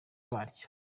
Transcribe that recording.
baryo